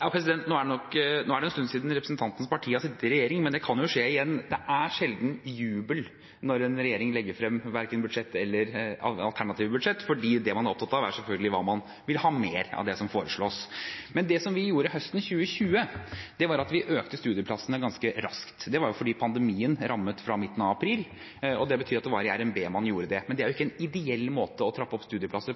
Nå er det en stund siden representantens parti har sittet i regjering, men det kan jo skje igjen. Det er sjelden jubel når en regjering legger frem budsjett eller alternative budsjett, fordi det man er opptatt av, er selvfølgelig hva man vil ha mer av, av det som foreslås. Men det vi gjorde høsten 2020, var å øke antallet studieplasser ganske raskt. Det var fordi pandemien rammet fra midten av april, og det betyr at det var i RNB man gjorde det. Men det er ikke